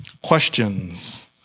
Questions